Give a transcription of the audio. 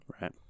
Right